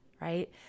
Right